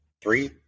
three